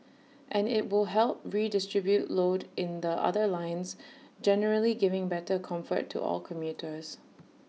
and IT will help redistribute load in the other lines generally giving better comfort to all commuters